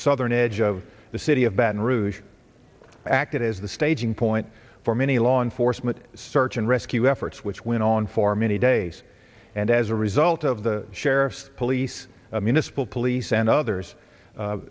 southern edge of the city of baton rouge acted as the staging point for many law enforcement search and rescue efforts which went on for many days and as a result of the sheriff's police municipal police and others